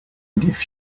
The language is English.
gave